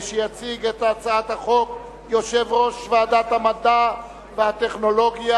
יציג את הצעת החוק יושב-ראש ועדת המדע והטכנולוגיה.